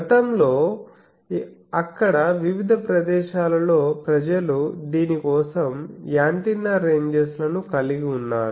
గతంలో అక్కడ వివిధ ప్రదేశాలలో ప్రజలు దీని కోసం యాంటెన్నా రెంజెస్ ను కలిగి ఉన్నారు